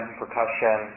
percussion